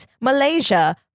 Malaysia